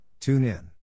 TuneIn